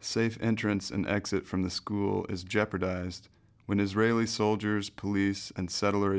safe entrance and exit from the school is jeopardized when israeli soldiers police and settle